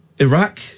Iraq